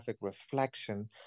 reflection